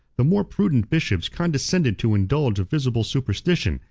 the more prudent bishops condescended to indulge a visible superstition,